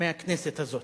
מהכנסת הזאת,